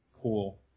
Cool